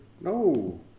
no